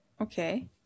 Okay